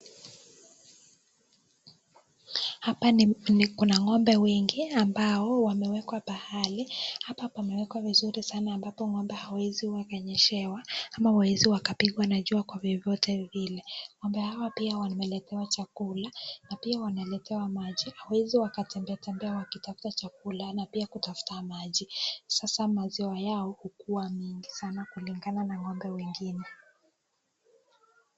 Hapa kuna ng'ombe wengi ambao wamewekwa pahali. Hapa pamewekwa vizuri sana ambapo ng'ombe hawawezi waka nyeshewa ama hawawezi wakapigwa na jua kwa vyovyote vile. Ng'ombe hawa pia wameletewa chakula, na pia wanaletewa maji, hawawezi wakatembea wakitafuta chakula na pia wakitafuta maji, sasa maziwa yao hukua mengi zaidi kulingana na ng'ombe wengine.